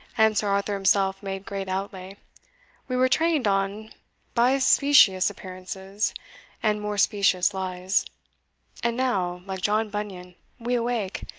and sir arthur himself made great outlay we were trained on by specious appearances and more specious lies and now, like john bunyan, we awake,